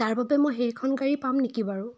তাৰ বাবে মই সেইখন গাড়ী পাম নেকি বাৰু